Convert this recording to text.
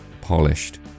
polished